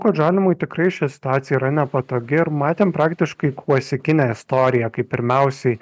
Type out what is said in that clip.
kad žalimui tikrai ši situacija yra nepatogi ir matėm praktiškai klasikinę istoriją kaip pirmiausiai